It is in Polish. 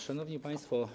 Szanowni Państwo!